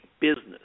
business